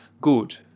good